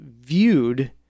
viewed